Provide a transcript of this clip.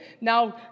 Now